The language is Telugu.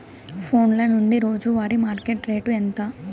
ఫోన్ల నుండి రోజు వారి మార్కెట్ రేటు ఎంత?